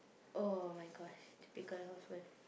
!oh-my-gosh! typical housewife